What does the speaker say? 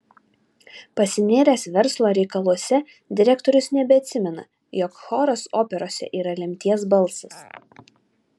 pasinėręs verslo reikaluose direktorius nebeatsimena jog choras operose yra lemties balsas